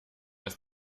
ist